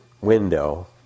Window